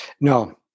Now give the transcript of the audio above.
No